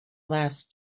last